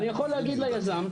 אני יכול להגיד ליזם,